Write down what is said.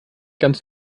ganz